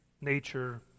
nature